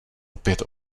opět